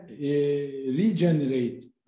regenerate